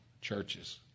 churches